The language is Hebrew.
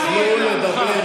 שמענו את עמדתך.